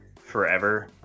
forever